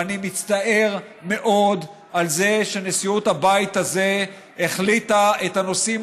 ואני מצטער מאוד על זה שנשיאות הבית הזה החליטה את הנושאים